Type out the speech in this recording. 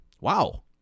Wow